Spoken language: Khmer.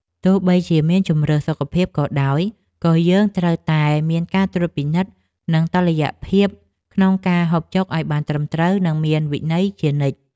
ទោះបីជាមានជម្រើសសុខភាពក៏ដោយក៏យើងត្រូវតែមានការត្រួតពិនិត្យនិងតុល្យភាពក្នុងការហូបចុកឲ្យបានត្រឹមត្រូវនិងមានវិន័យជានិច្ច។